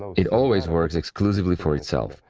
it always works exclusively for itself.